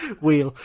wheel